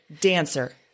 dancer